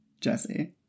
Jesse